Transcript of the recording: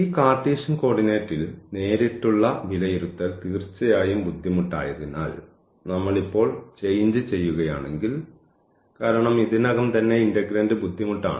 ഈ കാർട്ടീഷ്യൻ കോർഡിനേറ്റിൽ നേരിട്ടുള്ള വിലയിരുത്തൽ തീർച്ചയായും ബുദ്ധിമുട്ടായതിനാൽ നമ്മൾ ഇപ്പോൾ ചേഞ്ച് ചെയ്യുകയാണെങ്കിൽ കാരണം ഇതിനകം തന്നെ ഇന്റഗ്രന്റ് ബുദ്ധിമുട്ടാണ്